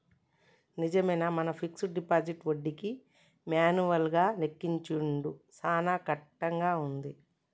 నిజమే మన fixed deposit వడ్డీకి మాన్యువల్ గా లెక్కించుడు సాన కట్టంగా ఉంది